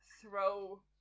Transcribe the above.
throw